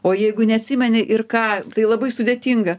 o jeigu neatsimeni ir ką tai labai sudėtinga